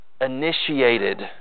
initiated